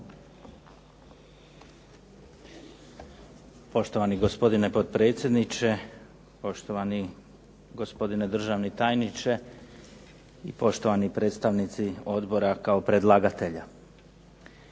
Poštovani gospodine potpredsjedniče, poštovani gospodine državni tajniče i poštovani predstavnici Odbora kao predlagatelja.